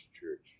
Church